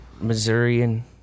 Missourian